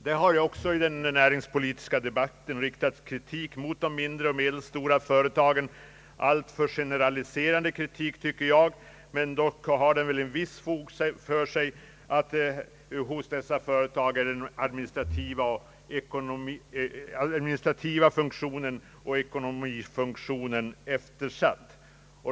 Det har också i den näringspolitiska debatten riktats kritik mot de mindre och medelstora företagen — en alltför generaliserande kritik tycker jag — som dock har ett visst fog för sig. Kritiken går ut på att den administrativa och den ekonomiska funktionen hos dessa företag är eftersatt.